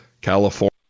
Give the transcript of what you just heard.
California